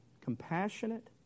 compassionate